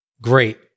Great